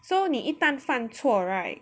so 你一旦犯错 right